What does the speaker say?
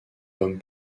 homme